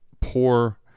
poor